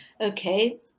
Okay